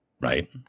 right